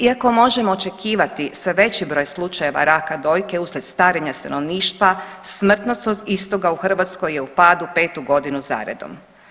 Iako možemo očekivati sve veći broj slučajeva raka dojke uslijed starenja stanovništva smrtnost od istoga u Hrvatskoj je u padu petu godinu zaredom.